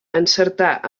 encertar